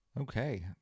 Okay